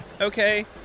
okay